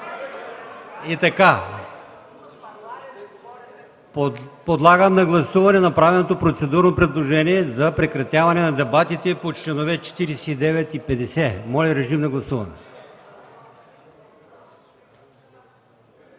Цачева.) Подлагам на гласуване направеното процедурно предложение за прекратяване на дебатите по членове 49 и 50. Моля, гласувайте.